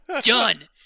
done